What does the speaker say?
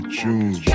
June